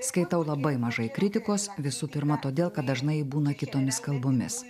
skaitau labai mažai kritikos visų pirma todėl kad dažnai ji būna kitomis kalbomis